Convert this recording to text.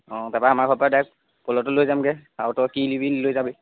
অঁ তাৰপৰা আমাৰ ঘৰৰ পৰা ডাইয়েক্ট প'ল'টো লৈ যামগে আৰু তই কি নিবি লৈ যাবি